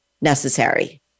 necessary